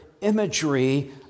imagery